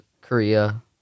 Korea